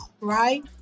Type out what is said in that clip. right